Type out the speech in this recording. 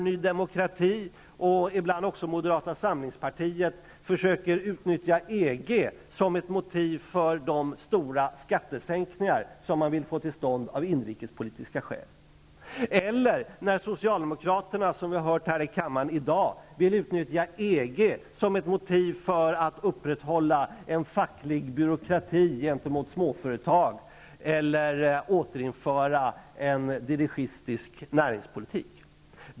Ny Demokrati och ibland moderata samlingspartiet försöker t.ex. utnyttja EG som ett motiv för de stora skattesänkningar som man vill få till stånd av inrikespolitiksa skäl. Socialdemokraterna vill, som vi har hört här i dag, utnyttja EG som ett motiv för att upprätthålla en facklig byråkrati gentemot småföretag och för att återinföra en ''dirigistisk'' näringspolitik.